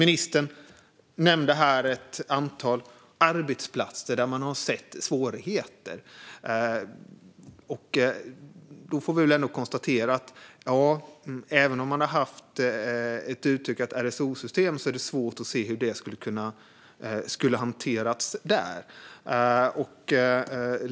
Ministern nämnde ett antal arbetsplatser där man har sett svårigheter. Då får vi väl ändå konstatera att det hade varit svårt att se hur det skulle hanterats där även om man hade haft ett utökat RSO-system.